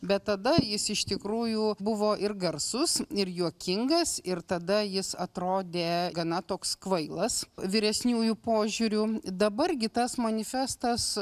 bet tada jis iš tikrųjų buvo ir garsus ir juokingas ir tada jis atrodė gana toks kvailas vyresniųjų požiūriu dabar gi tas manifestas